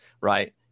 Right